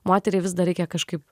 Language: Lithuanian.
moteriai vis dar reikia kažkaip